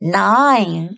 nine